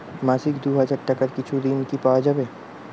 মাসিক দুই হাজার টাকার কিছু ঋণ কি পাওয়া যাবে?